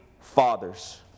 fathers